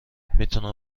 میتونم